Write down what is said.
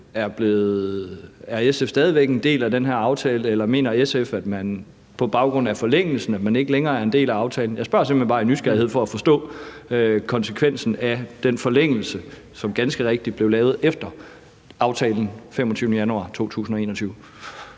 Er SF stadig væk en del af den her aftale, eller mener SF, at man på baggrund af forlængelsen ikke længere er en del af aftalen? Jeg spørger simpelt hen bare af nysgerrighed for at forstå konsekvensen af den forlængelse, som ganske rigtigt blev lavet efter aftalen den 25. januar 2021.